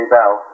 Bell